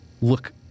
look